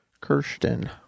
Kirsten